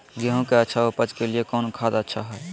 गेंहू के अच्छा ऊपज के लिए कौन खाद अच्छा हाय?